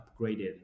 upgraded